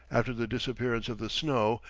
after the disappearance of the snow,